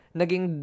naging